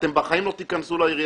אתם בחיים לא תיכנסו לעירייה.